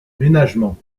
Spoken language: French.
ménagement